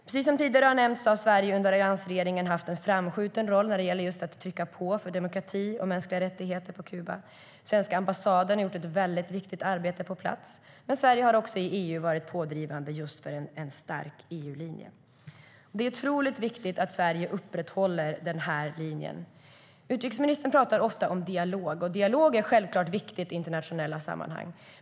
Precis som har nämnts tidigare här har Sverige under alliansregeringen haft en framskjuten roll när det gäller att trycka på för demokrati och mänskliga rättigheter på Kuba. Svenska ambassaden har gjort ett väldigt viktigt arbete på plats. Sverige har också i EU varit pådrivande för en stark EU-linje. Det är otroligt viktigt att Sverige upprätthåller denna linje. Utrikesministern talar ofta om dialog, och dialog är självklart viktigt i internationella sammanhang.